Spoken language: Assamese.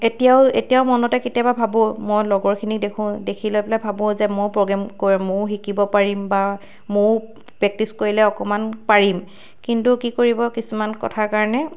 এতিয়াও এতিয়াও মনতে কেতিয়াবা ভাবোঁ মই লগৰখিনিক দেখোঁ দেখি লৈ পেলাই ভাবোঁ যে মইয়ো প্ৰগ্ৰেম কৰিম মইয়ো শিকিব পাৰিম বা ময়ো প্ৰেক্টিচ কৰিলে অকণমান পাৰিম কিন্তু কি কৰিব কিছুমান কথাৰ কাৰণে